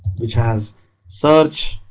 which has search,